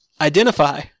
identify